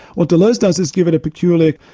what deleuze does is give it a peculiar,